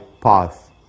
path